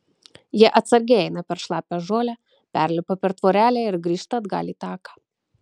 jie atsargiai eina per šlapią žolę perlipa per tvorelę ir grįžta atgal į taką